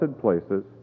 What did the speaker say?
places